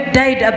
died